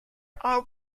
are